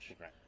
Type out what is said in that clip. Right